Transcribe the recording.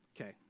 okay